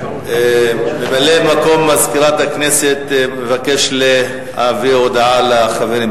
סגן מזכירת הכנסת מבקש להביא הודעה לחברים.